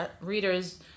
readers